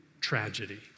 tragedy